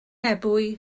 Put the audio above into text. ebwy